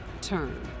turn